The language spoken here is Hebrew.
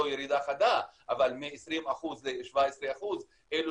נכון, לא ירידה חדה, אבל 20% ל-17% אלה